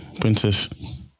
princess